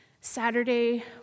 Saturday